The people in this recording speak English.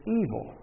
evil